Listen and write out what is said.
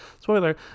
spoiler